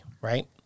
right